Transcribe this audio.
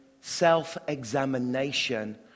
self-examination